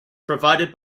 provided